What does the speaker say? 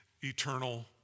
eternal